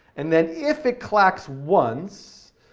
and then if it clacks once,